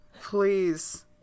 Please